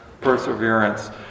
perseverance